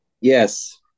Yes